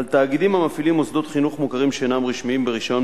על תאגידים המפעילים מוסדות חינוך מוכרים שאינם רשמיים ברשיון